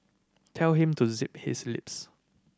tell him to zip his lips